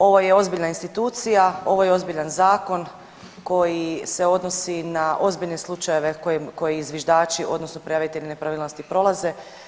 Ovo je ozbiljna institucija, ovo je ozbiljan zakon koji se odnosi na ozbiljne slučajeve koje zviždači odnosno prijavitelji nepravilnosti prolaze.